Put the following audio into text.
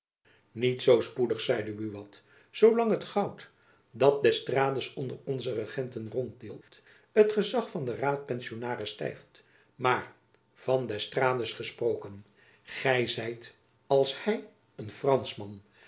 niet zoo spoedig zeide buat zoolang het goud jacob van lennep elizabeth musch dat d'estrades onder onze regenten ronddeelt het gezach van den raadpensionaris stijft maar van d'estrades gesproken gy zijt als hy een franschman